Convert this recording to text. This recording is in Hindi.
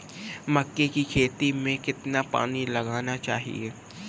मक्के की खेती में कितना पानी लगाना चाहिए?